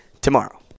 tomorrow